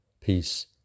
Peace